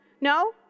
No